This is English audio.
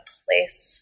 place